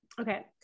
okay